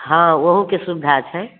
हाँ ओहोके स विधा छै